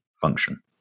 function